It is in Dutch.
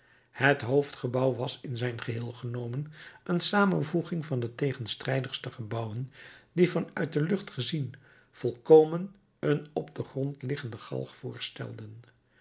het hoofdgebouw was in zijn geheel genomen een samenvoeging van de tegenstrijdigste gebouwen die van uit de lucht gezien volkomen een op den grond liggende galg voorstelden